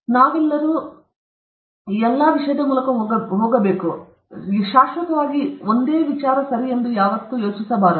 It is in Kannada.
ನಾವೆಲ್ಲರೂ ಈ ವಿಷಯದ ಮೂಲಕ ಹೋಗುತ್ತೇವೆ ಆದರೆ ನೀವು ಈ ಮೂಲಕ ಹೋದಾಗ ಅದು ಶಾಶ್ವತವಾಗಿ ಸರಿ ಎಂದು ಯೋಚಿಸಬಾರದು